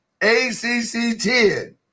ACC10